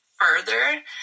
further